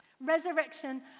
Resurrection